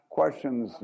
questions